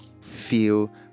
feel